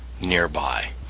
nearby